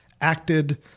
acted